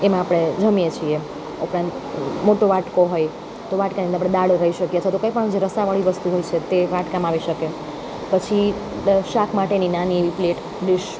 એમાં આપણે જમીએ છીએ ઉપરાંત મોટો વાટકો હોય તો એમાં વાટકાની અંદર આપણે દાળ લઈ શકીએ અથવા તો કંઈ પણ જે રસાવાળી વસ્તુ હોય છે તે વાટકામાં આવી શકે પછી શાક માટેની આની એવી પ્લેટ ડીશ